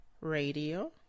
Radio